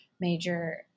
major